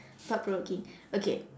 thought provoking okay